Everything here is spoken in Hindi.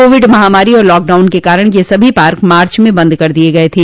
कोविड महामारी और लॉकडाउन के कारण ये सभी पार्क मार्च में बंद कर दिए गए थे